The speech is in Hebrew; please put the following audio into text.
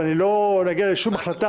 ולא נגיע לשום החלטה,